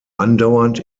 andauernd